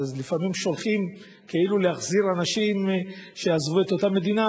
ולפעמים שולחים כאילו להחזיר אנשים שעזבו את אותה מדינה,